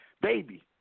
Baby